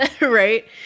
Right